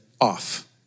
off